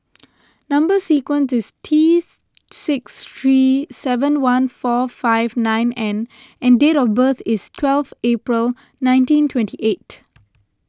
Number Sequence is T six three seven one four five nine N and date of birth is twelfth April nineteen twenty eight